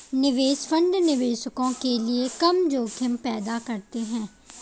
निवेश फंड निवेशकों के लिए कम जोखिम पैदा करते हैं